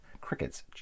crickets